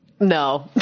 No